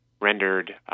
rendered